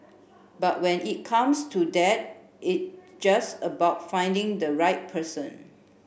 but when it comes to that it just about finding the right person